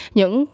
những